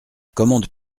commande